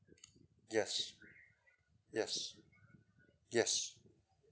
yes yes yes